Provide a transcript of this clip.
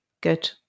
Good